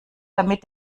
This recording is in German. damit